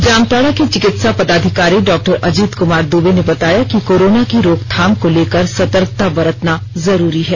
जामताड़ा के चिकित्सा पदाधिकारी डॉक्टर अजित कुमार दूबे ने बताया कि कोरोना की रोकथाम को लेकर सतर्कता बरतना जरूरी है